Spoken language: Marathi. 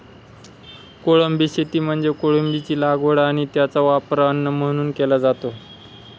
कोळंबी शेती म्हणजे कोळंबीची लागवड आणि त्याचा वापर अन्न म्हणून केला जातो